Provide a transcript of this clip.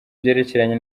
byerekeranye